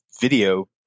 video